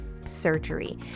surgery